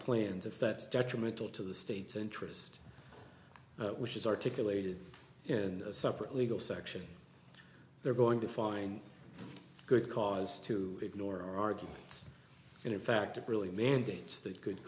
that's detrimental to the state's interest which is articulated in a separate legal section they're going to find good cause to ignore arguments and in fact it really mandates that good